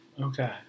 Okay